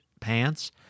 pants